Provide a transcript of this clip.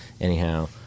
anyhow